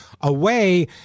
away